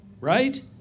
Right